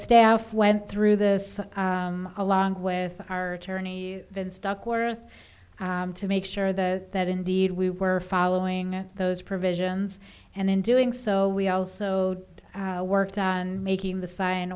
staff went through this along with our attorney vince duckworth to make sure that that indeed we were following those provisions and in doing so we also worked on making the sign